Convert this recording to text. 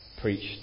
preached